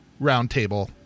roundtable